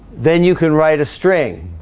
then you can write a string